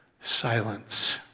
silence